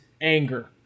anger